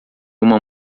uma